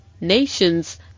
nations